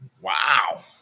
Wow